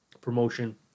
promotion